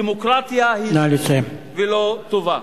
דמוקרטיה היא זכות ולא טובה.